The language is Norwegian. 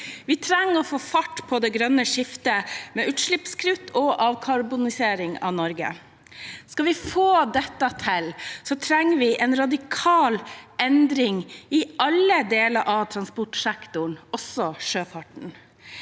Vi trenger å få fart på det grønne skiftet med utslippskutt og avkarbonisering av Norge. Skal vi få dette til, trenger vi en radikal endring i alle deler av transportsektoren, også sjøfarten.